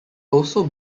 also